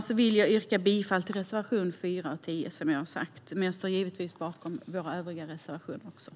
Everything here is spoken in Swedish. Med det yrkar jag bifall till reservationerna 4 och 10, som jag har sagt, men jag står givetvis också bakom våra övriga reservationer.